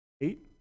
eight